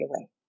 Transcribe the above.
away